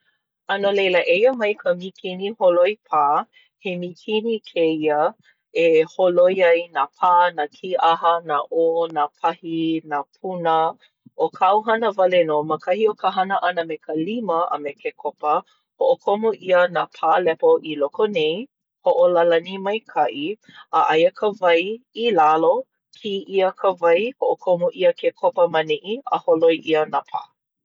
A no leila eia mai ka mīkini holoi pā. He mīkini kēia e holoi ai nā pā, nā kīʻaha, nā ʻō, nā pahi, nā puna. ʻO kāu hana wale nō, ma kahi o ka hana ʻana me ka lima a me ke kopa, hoʻokomo ʻia nā pā lepo i loko nei. Hoʻolālani maikaʻi. A aia ka wai i lalo, kī ʻia ka wai. Hoʻokomo ʻia ke kopa ma neʻi. A holoi ʻia nā pā.